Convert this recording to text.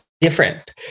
different